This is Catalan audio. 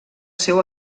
seu